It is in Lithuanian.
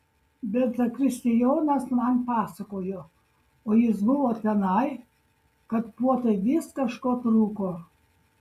bet zakristijonas man pasakojo o jis buvo tenai kad puotai vis kažko trūko